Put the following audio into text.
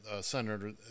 senator